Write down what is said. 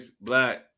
black